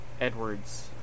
Edwards